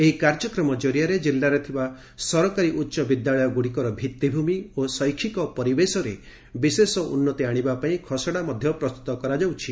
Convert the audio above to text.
ଏହି କାର୍ଯ୍ୟକ୍ରମ ଜରିଆରେ ଜିଲ୍ଲାରେ ଥିବା ସରକାରୀ ଉଚ ବିଦ୍ୟାଳୟଗୁଡ଼ିକର ଭିଭିମି ଓ ଶୈଷିକ ପରିବେଶରେ ବିଶେଷ ଉନ୍ତି ଆଶିବାପାଇଁ ଖସଡ଼ା ପ୍ରସ୍ତୁତ କରାଯାଉଛି